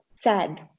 sad